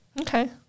okay